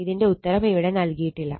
ഇതിന്റെ ഉത്തരം ഇവിടെ നൽകിയിട്ടില്ല